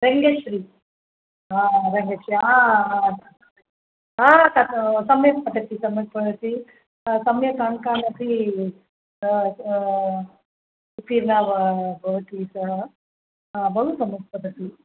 रङ्गश्री रङ्गश्री तत् सम्यक् पठति सम्यक् पठति सम्यक् अङ्कान्यपि उत्तिर्णा भ भवति सा बहुसम्यक् पठति